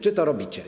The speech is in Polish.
Czy to robicie?